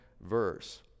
verse